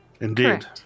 Indeed